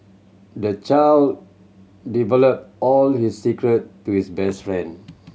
the child develop all his secret to his best friend